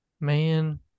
Man